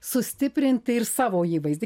sustiprinti ir savo įvaizdį kine